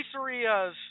pizzerias